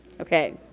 okay